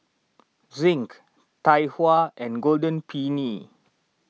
Zinc Tai Hua and Golden Peony